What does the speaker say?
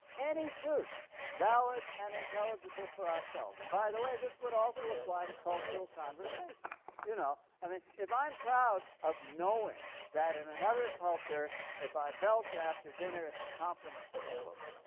any truth valid and intelligible for ourselves. and, by the way, this would also apply to cultural conversation. you know i mean if i'm proud of knowing that in another culture if i belch after dinner it's a compliment to the cook,